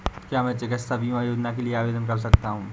क्या मैं चिकित्सा बीमा योजना के लिए आवेदन कर सकता हूँ?